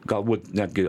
galbūt netgi